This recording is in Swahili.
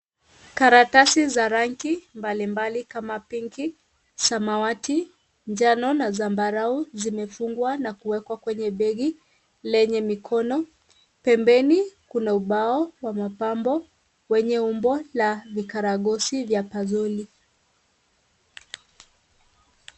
Karatasi za rangi mbalimbali kama Pinki , samawati, njano na zambarau zimefungwa na kuwekwa kwenye begi lenye mikono. Pembeni, kuna ubao wa mapambo wenye umbo la vikaragosi vya pazoli .